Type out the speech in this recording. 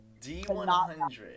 D100